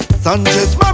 Sanchez